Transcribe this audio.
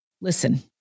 Listen